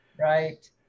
Right